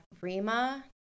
Rima